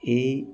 এই